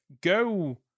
Go